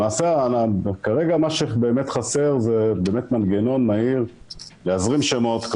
למעשה כרגע מה שבאמת חסר זה מנגנון מהיר להזרים שמות,